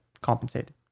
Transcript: compensated